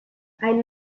ein